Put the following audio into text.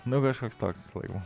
nu kažkoks toks visą laiką būna